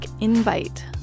invite